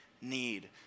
need